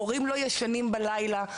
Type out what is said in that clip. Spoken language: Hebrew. ההורים לא ישנים בלילה,